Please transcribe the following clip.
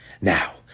Now